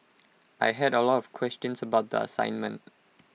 I had A lot of questions about the assignment